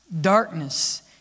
darkness